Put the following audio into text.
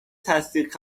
تصدیق